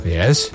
Yes